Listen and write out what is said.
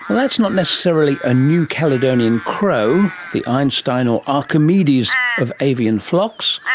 that's not necessarily a new caledonian crow, the einstein or archimedes of avian flocks,